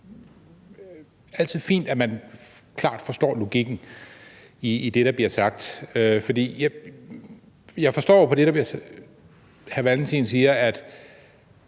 altid fint, at man klart forstår logikken i det, der bliver sagt. Jeg forstår på det, hr. Carl